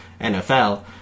NFL